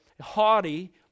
haughty